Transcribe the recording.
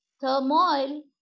turmoil